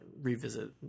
revisit